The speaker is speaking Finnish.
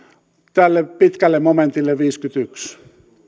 tälle pitkälle momentille viisikymmentäyksi